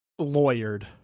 Lawyered